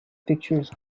pictures